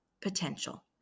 potential